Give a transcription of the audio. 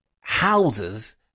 houses